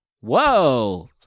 Whoa